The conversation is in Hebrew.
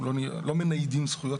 אנחנו לא מניידים זכויות,